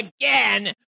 again